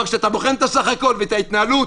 אבל כשאתה בוחן את הסך-הכול ואת ההתנהלות